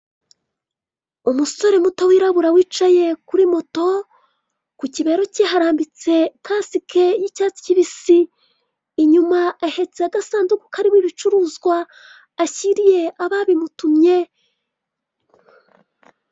Umusore muto wirabura wicaye kuri moto, ku kibero ke harambitse kasike y'icyatsi kibisi. Inyuma ahetse agasanduku karimo ibicuruzwa ashyiriye ababimutumye.